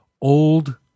old